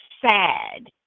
sad